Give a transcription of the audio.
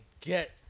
get